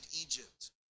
Egypt